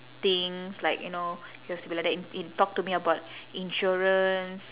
things like you know you have to be like that in in talk to me about insurance